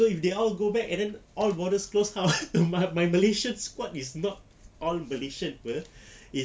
if they all go back and then all borders closed how my my malaysian squad is not all malaysians [pe] is